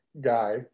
guy